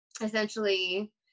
essentially